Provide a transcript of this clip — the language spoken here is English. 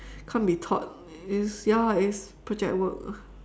can't be taught it's ya it's project work